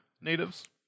natives